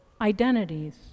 identities